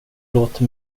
låter